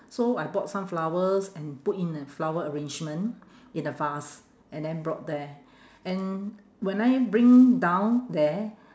so I bought some flowers and put in a flower arrangement in a vase and then brought there and when I bring down there